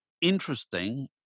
interesting